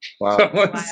Wow